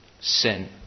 sin